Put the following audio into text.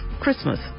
Christmas